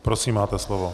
Prosím, máte slovo.